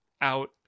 out